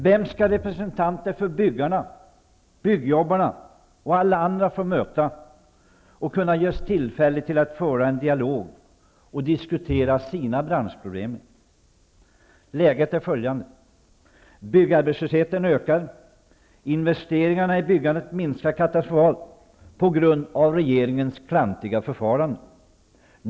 Vem skall representanter för byggarna, byggjobbarna och alla andra få möta och få tillfälle till en dialog med för att diskutera sina branschproblem? Läget är följande: byggarbetslösheten ökar. Investeringarna i byggandet minskar katastrofalt på grund av regeringens klantiga förfarande.